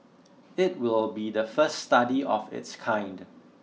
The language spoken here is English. it will be the first study of its kind